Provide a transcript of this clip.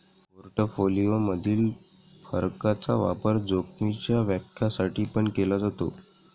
portfolio मधील फरकाचा वापर जोखीमीच्या व्याख्या साठी पण केला जातो